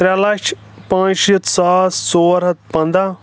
ترٛےٚ لچھ پانٛژھ شیٖتھ ساس ژور ہَتھ پنٛداہ